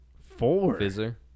Four